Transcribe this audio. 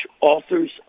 authors